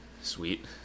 Sweet